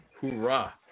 Hoorah